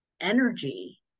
energy